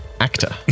actor